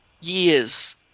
years